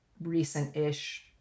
recent-ish